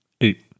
Eight